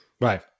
Right